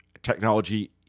technology